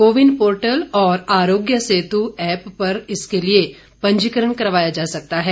CoWIN portal और Aarogya Setu app पर इसके लिए पंजीकरण करवाया जा सकता है